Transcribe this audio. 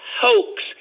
hoax